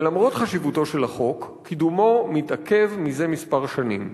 למרות חשיבותו של החוק קידומו מתעכב מזה כמה שנים.